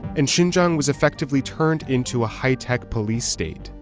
and xinjiang was effectively turned into a hi-tech police state.